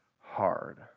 hard